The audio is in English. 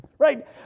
Right